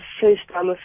first-time